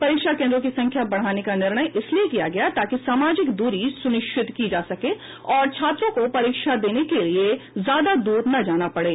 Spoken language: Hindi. परीक्षा केन्द्रों की संख्या बढ़ाने का निर्णय इसलिए किया गया ताकि सामाजिक दूरी सुनिश्चित की जा सके और छात्रों को परीक्षा देने के लिए ज्यादादूर न जाने पड़े